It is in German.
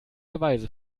beweise